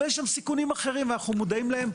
אבל יש שם סיכונים אחרים ואנחנו מודעים להם.